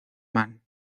mann